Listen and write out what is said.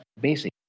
basic